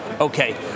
Okay